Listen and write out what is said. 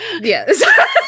Yes